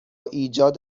ایجاد